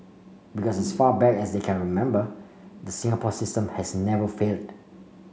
because as far back as they can remember the Singapore system has never failed